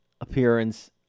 appearance